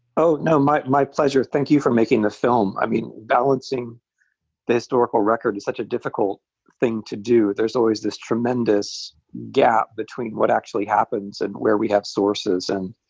oh, no, my my pleasure. thank you for making the film. balancing the historical record is such a difficult thing to do. there's always this tremendous gap between what actually happens and where we have sources. and,